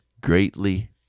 greatly